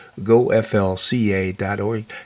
goflca.org